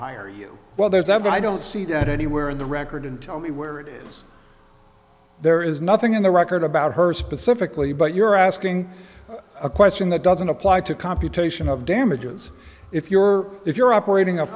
hire you well there's i don't see that anywhere in the record and tell me where it is there is nothing in the record about her specifically but you're asking a question that doesn't apply to computation of damages if you're if you're operating a